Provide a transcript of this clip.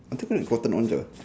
nanti aku tengok Cotton On sia